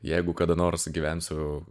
jeigu kada nors gyvensiu